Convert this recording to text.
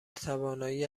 توانایی